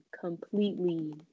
completely